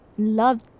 loved